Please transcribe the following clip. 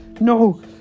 no